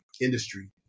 industry